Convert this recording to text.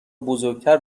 بزرگتر